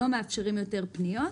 לא מאפשרים יותר פניות.